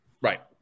right